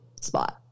spot